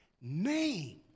name